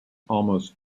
almost